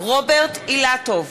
רוברט אילטוב,